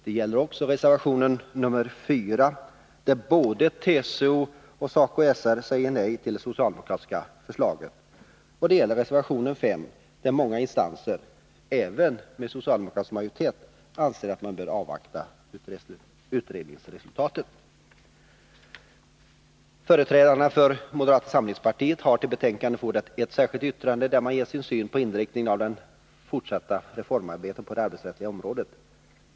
Det gäller också reservation 4, där både TCO och SACO/SR säger nej till det socialdemokratiska förslaget. Det gäller slutligen reservation 5 där många instanser, även med socialdemokratisk majoritet, anser att man bör avvakta utredningsresultatet. Företrädarna för moderata samlingspartiet har till betänkandet fogat ett särskilt yttrande, där man ger sin syn på inriktningen av det fortsatta reformarbetet på det arbetsrättsliga området.